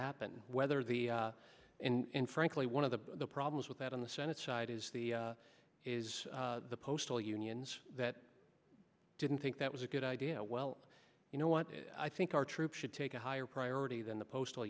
happen whether the and frankly one of the problems with that on the senate side is the is the postal unions that didn't think that was a good idea well you know what i think our troops should take a higher priority than the postal